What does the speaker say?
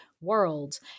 world